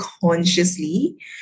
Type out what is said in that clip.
consciously